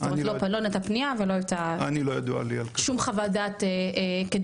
לא הייתה פנייה ולא היית שום חוות דעת כתגובה,